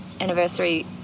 anniversary